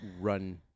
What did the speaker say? run